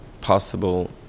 possible